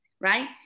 right